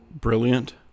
brilliant